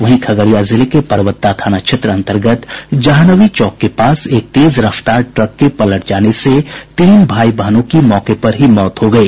वहीं खगड़िया जिले के परबत्ता थाना क्षेत्र अंतर्गत जाह्नवी चौक के पास एक तेज रफ्तार ट्रक के पलट जाने से तीन भाई बहनों की मौके पर ही मौत हो गयी